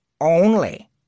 Only